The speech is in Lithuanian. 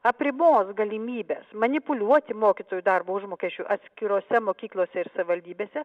apribos galimybes manipuliuoti mokytojų darbo užmokesčiu atskirose mokyklose ir savivaldybėse